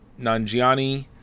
Nanjiani